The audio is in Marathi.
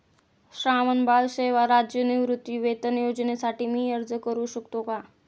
श्रावणबाळ सेवा राज्य निवृत्तीवेतन योजनेसाठी मी अर्ज करू शकतो का?